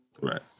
Right